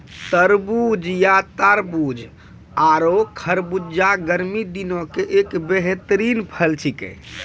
तरबूज या तारबूज आरो खरबूजा गर्मी दिनों के एक बेहतरीन फल छेकै